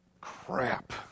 crap